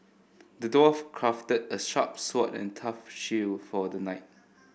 the dwarf crafted a sharp sword and a tough shield for the knight